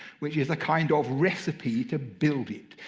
which is a kind of recipe to build it.